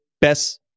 best